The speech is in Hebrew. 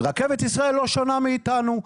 רכבת ישראל לא שונה מאיתנו,